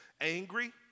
angry